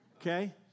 Okay